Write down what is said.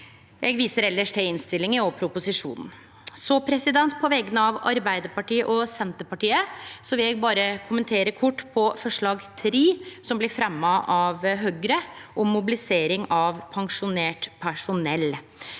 Eg viser elles til innstillinga og proposisjonen. Så, på vegner av Arbeidarpartiet og Senterpartiet, vil eg berre kommentere kort forslag nr. 3, som blir fremja av Høgre, om mobilisering av pensjonert personell.